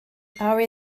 are